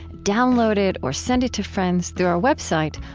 download it, or send it to friends through our website,